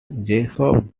jacob